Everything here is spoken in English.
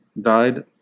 died